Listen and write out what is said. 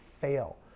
fail